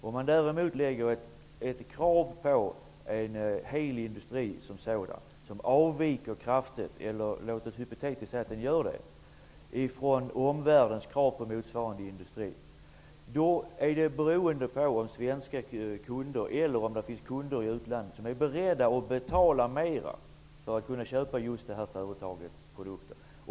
Om man däremot lägger ett krav på en hel industri som avviker kraftigt -- låt oss hypotetiskt säga att det gör det -- från omvärldens krav på motsvarande industri, är man beroende av om det finns svenska kunder eller kunder i utlandet som är beredda att betala mer för att kunna köpa just det här företagets produkter.